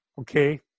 Okay